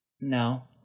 no